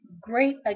great